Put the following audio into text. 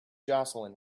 jocelyn